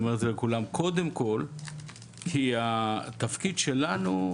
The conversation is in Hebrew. אני אומר את זה לכולם קודם כול כי התפקיד שלנו,